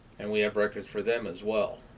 and we have records for them as well.